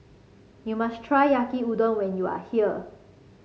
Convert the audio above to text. you must try Yaki Udon when you are here